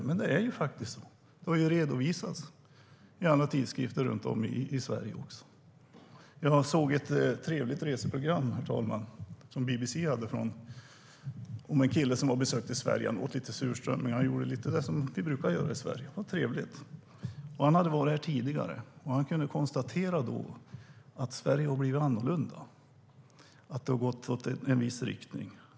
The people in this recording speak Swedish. Men det är faktiskt så - det har också redovisats i tidskrifter runt om i Sverige. Jag såg ett trevligt reseprogram från BBC, herr talman, om en kille som besökte Sverige. Han åt surströmming och gjorde det som vi brukar göra i Sverige. Det var trevligt. Han hade varit här tidigare, och han kunde konstatera att Sverige har blivit annorlunda, att det har gått i en viss riktning.